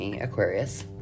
Aquarius